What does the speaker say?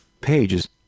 Pages